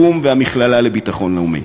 פו"ם והמכללה לביטחון לאומי.